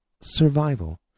survival